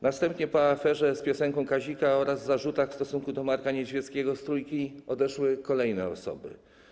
Następnie po aferze z piosenką Kazika oraz zarzutach w stosunku do Marka Niedźwiedzkiego z Trójki odeszły kolejne osoby.